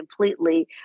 completely